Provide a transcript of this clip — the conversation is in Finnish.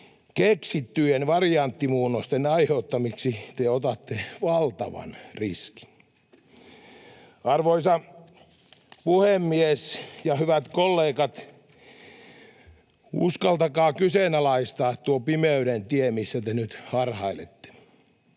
keksittyjen varianttimuunnosten aiheuttamiksi, otatte valtavan riskin. Arvoisa puhemies! Hyvät kollegat, uskaltakaa kyseenalaistaa tuo pimeyden tie, missä te nyt harhailette.